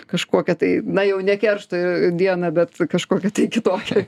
kažkokią tai na jau ne keršto dieną bet kažkokią tai kitokią